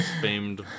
famed